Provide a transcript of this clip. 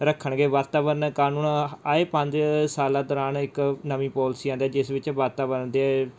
ਰੱਖਣਗੇ ਵਾਤਾਵਰਨ ਕਾਨੂੰਨ ਆਏ ਪੰਜ ਸਾਲਾਂ ਦੌਰਾਨ ਇੱਕ ਨਵੀਂ ਪੋਲਸੀ ਲਿਆਉਂਦਾ ਜਿਸ ਵਿੱਚ ਵਾਤਾਵਰਨ ਦੇ